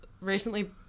recently